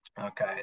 Okay